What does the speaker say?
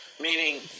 meaning